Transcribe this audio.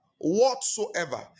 whatsoever